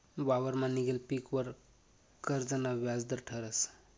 वावरमा निंघेल पीकवर कर्जना व्याज दर ठरस